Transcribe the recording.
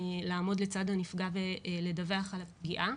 לעמוד לצד הנפגע ולדווח על הפגיעה.